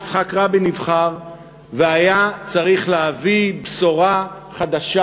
יצחק רבין נבחר והיה צריך להביא בשורה חדשה